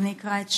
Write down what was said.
אני אקרא את שלי: